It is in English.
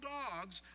dogs